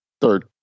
Third